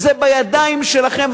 זה בידיים שלכם.